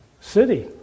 city